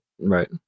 Right